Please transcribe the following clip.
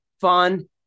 fun